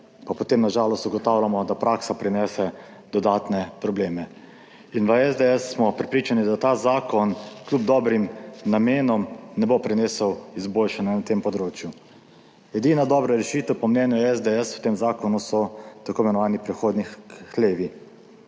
potem na žalost ugotavljamo, da praksa prinese dodatne probleme. V SDS smo prepričani, da ta zakon kljub dobrim namenom ne bo prinesel izboljšanja na tem področju. Edina dobra rešitev po mnenju SDS v tem zakonu so tako imenovani prehodni hlevi.